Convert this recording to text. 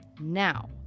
Now